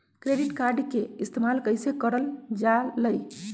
Credit card के इस्तेमाल कईसे करल जा लई?